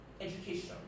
education